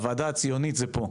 הוועדה הציונית זה פה.